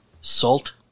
Salt